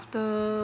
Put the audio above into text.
after